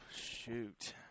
shoot